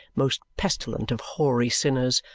most pestilent of hoary sinners,